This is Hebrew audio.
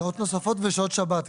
שעות נוספות ושעות שבת גם.